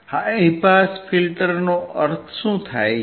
high pass ફિલ્ટરનો અર્થ શું છે